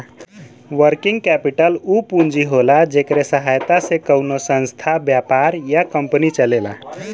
working capital उ पूंजी होला जेकरे सहायता से कउनो संस्था व्यापार या कंपनी चलेला